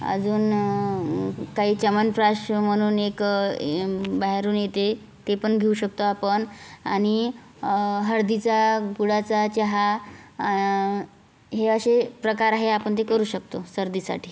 अजून काही च्यवनप्राश म्हणून एक बाहेरून येते ते पण घेऊ शकतो आपण आनि हळदीचा गुळाचा चहा हे असे प्रकार आहे आपण ते करू शकतो सर्दीसाठी